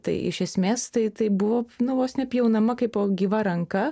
tai iš esmės tai tai buvo nu vos nepjaunama kaip gyva ranka